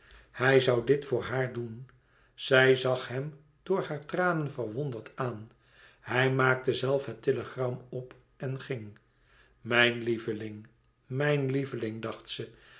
hij zoû dit voor haar doen zij zag hem door haar tranen verwonderd aan hij maakte zelf het telegram op en ging mijn lieveling mijn lieveling dacht ze